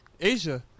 Asia